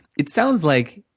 it sounds like,